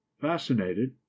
Fascinated